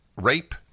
rape